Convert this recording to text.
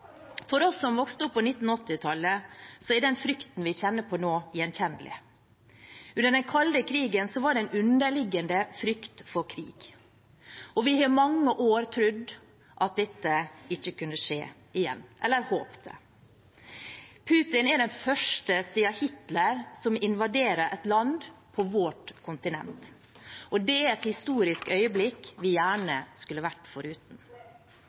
For oss som vokste opp på 1980-tallet, er den frykten vi kjenner på nå, gjenkjennelig. Under den kalde krigen var det en underliggende frykt for krig, og vi har i mange år trodd – eller håpet – at dette ikke kunne skje igjen. Putin er den første siden Hitler som invaderer et land på vårt kontinent, og det er et historisk øyeblikk vi gjerne skulle vært foruten.